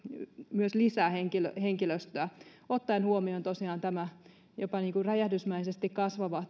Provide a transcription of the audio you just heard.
myös lisää henkilöstöä ottaen huomioon tosiaan tämän jopa räjähdysmäisesti kasvavan